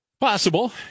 Possible